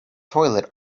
toilet